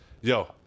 Yo